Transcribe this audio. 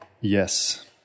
Yes